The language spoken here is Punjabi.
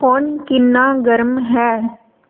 ਹੁਣ ਕਿੰਨਾ ਗਰਮ ਹੈ